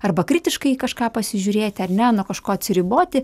arba kritiškai į kažką pasižiūrėti ar ne nuo kažko atsiriboti